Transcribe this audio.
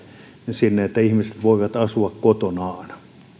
sinne että ihmiset voivat asua kotonaan